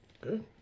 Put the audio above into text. Good